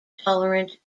tolerant